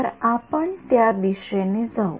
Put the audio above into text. तर आपण त्या दिशेने जाऊ